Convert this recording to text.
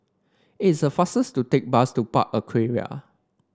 is the faster to take bus to Park Aquaria